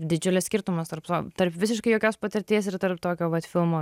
didžiulis skirtumas tarp to tarp visiškai jokios patirties ir tarp tokio vat filmo